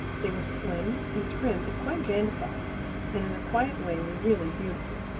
they were slim and trim and quite dandified, and in a quiet way were really beautiful.